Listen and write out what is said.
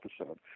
episode